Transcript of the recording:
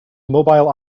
mobile